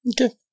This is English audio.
Okay